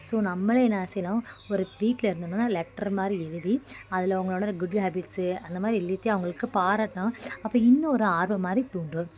so நம்மளே என்ன செய்யலாம் ஒரு வீட்டில இருந்தோம்னா லெட்ருமாதிரி எழுதி அதில் அவங்களோட குட் ஹாபிட்ஸு அந்தமாதிரி எழுதிட்டு அவங்களுக்கு பாராட்டலாம் அப்போ இன்னொரு ஆர்வமாதிரி தூண்டும்